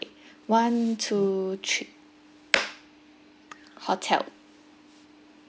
K one two three hotel